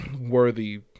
worthy